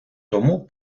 тому